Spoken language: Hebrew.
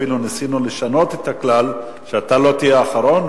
אפילו ניסינו לשנות את הכלל שאתה לא תהיה אחרון,